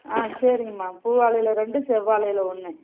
ஆ சரிங்கம்மா பூ வாழையில ரெண்டு செவ்வாழையில ஒன்று